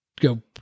go